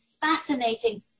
Fascinating